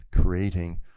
creating